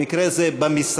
במקרה זה משרדים,